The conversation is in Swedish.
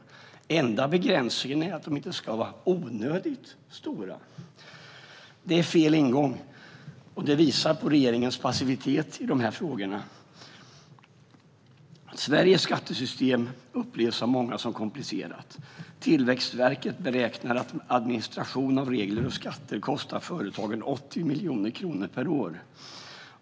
Den enda begränsningen är att de inte ska vara "onödigt stora". Detta är fel ingång och visar på regeringens passivitet i dessa frågor. Sveriges skattesystem upplevs av många som komplicerat. Tillväxtverket beräknar att administration av regler och skatter kostar företagen 80 miljoner kronor per år.